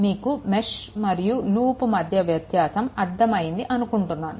మీకు మెష్ మరియు లూప్ మధ్య వ్యత్యాసం అర్థం అయింది అనుకుంటున్నాను